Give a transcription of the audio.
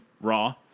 Raw